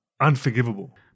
unforgivable